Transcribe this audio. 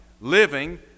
living